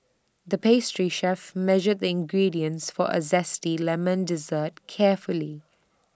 the pastry chef measured the ingredients for A Zesty Lemon Dessert carefully